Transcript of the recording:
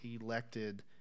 elected